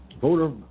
voter